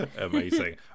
Amazing